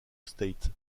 state